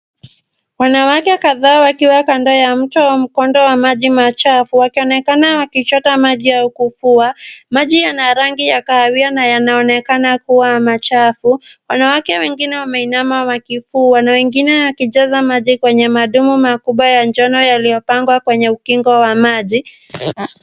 Wanawake kadhaa wakiwa kando ya mto au mkondo wa maji machafu, wakionekana wakichota maji au kufua. Maji yana rangi ya kahawia na yanaonekana kuwa machafu. Wanawake wengine wameinama wakifua na wengine wakijaza maji kwenye madumu makubwa ya njano yaliyopangwa kwenye ukingo wa maji.